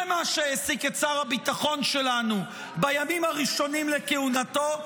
זה מה שהעסיק את שר הביטחון שלנו בימים הראשונים לכהונתו.